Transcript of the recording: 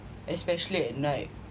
especially at night